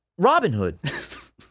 Robinhood